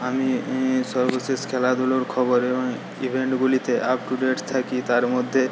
আমি এই সর্বশেষ খেলাধুলোর খবরে এবং ইভেন্টগুলিতে আপ টু ডেট থাকি তার মধ্যে